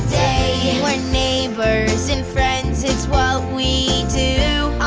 we're neighbors and friends, it's what we do